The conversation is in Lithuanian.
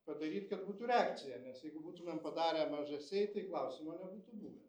padaryt kad būtų reakcija nes jeigu būtumėm padarę mažasiai tai klausimo nebūtų buvę